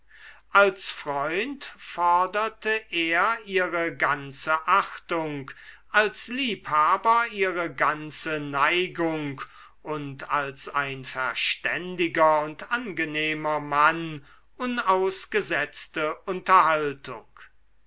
als freund forderte er ihre ganze achtung als liebhaber ihre ganze neigung und als ein verständiger und angenehmer mann unausgesetzte unterhaltung